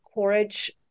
courage